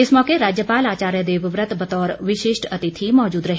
इस मौके राज्यपाल आचार्य देवव्रत बतौर विशिष्ट अतिथि मौजूद रहे